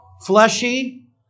fleshy